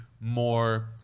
more